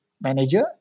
manager